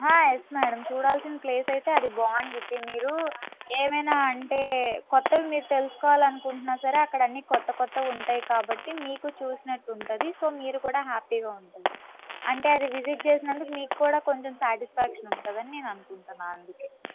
yes madam చూడాల్సిన place అయితే అది బాగుంటుద్ది మీరు ఏమన్న అంటే కొత్తవి మీరు తెలుసుకోవాలి అనుకుంటున్నా సరే అక్కడ అన్నీ కొత్త కొత్తవి ఉంటాయి కాబట్టి మీకు చూసినట్టు ఉంటుంది సో మీరు కూడా హ్యాపీగా ఉంటుంది అంటే అది విజిట్ చేసినందుకు మీకు కూడా కొంచెం సాటిస్ఫేక్షన్ ఉంటుందని అని నేను అనుకుంటున్నాను అందుకే